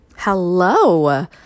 Hello